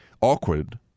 awkward